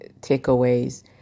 takeaways